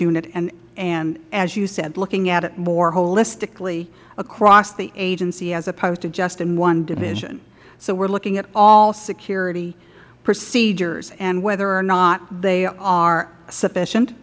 units and as you said looking at it more holistically across the agency as opposed to just in one division so we are looking at all security procedures and whether or not they are sufficient